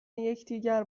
یکدیگر